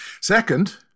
Second